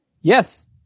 Yes